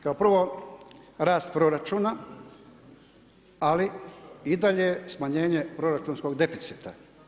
Kao prvo rast proračuna, ali i dalje smanjenje proračunskog deficita.